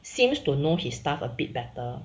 seems to know his stuff a bit better